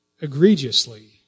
egregiously